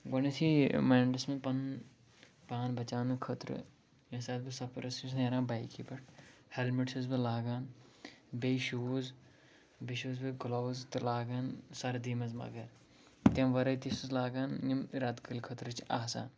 گۄڈٕنٮ۪تھٕے ماینٛڈَس منٛز پَنُن پان بَچاونہٕ خٲطرٕ ییٚمہِ ساتہٕ بہٕ سَفرَس چھُس نیران بایکہِ پٮ۪ٹھ ہٮ۪لمِٹ چھُس بہٕ لاگان بیٚیہِ شوٗز بیٚیہِ چھُس بہٕ گٕلَوز تہِ لاگان سردی منٛز مگر تَمہِ وَرٲے تہِ چھُس لاگان یِم رٮ۪تہٕ کٲلۍ خٲطرٕ چھِ آسان